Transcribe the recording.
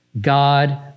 God